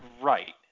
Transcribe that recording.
Right